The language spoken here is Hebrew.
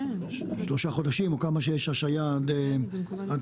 שלושה חודשים או כמה שיש השהיה עד תחילת